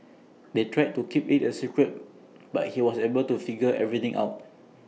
they tried to keep IT A secret but he was able to figure everything out